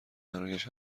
برایش